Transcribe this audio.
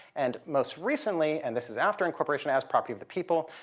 and most recently, and this is after incorporation as property of the people,